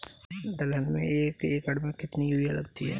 दलहन में एक एकण में कितनी यूरिया लगती है?